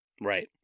Right